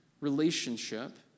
relationship